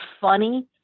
funny